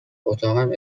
اتاقم